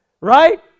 Right